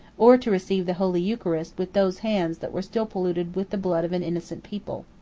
or to receive the holy eucharist with those hands that were still polluted with the blood of an innocent people.